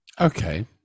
Okay